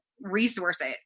resources